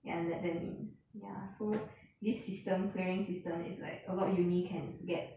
ya and let them in ya so this system clearing system is like a lot uni can get